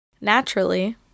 Naturally